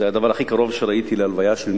זה היה הדבר הכי קרוב שראיתי להלוויה של מישהו.